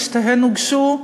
ושתיהן הוגשו,